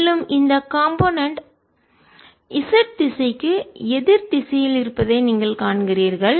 மேலும் இந்த காம்போனென்ட் கூறு z திசைக்கு எதிர் திசையில் இருப்பதை நீங்கள் காண்கிறீர்கள்